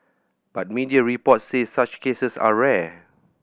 but media reports say such cases are rare